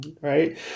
right